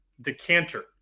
decanter